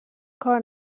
کار